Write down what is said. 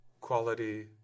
quality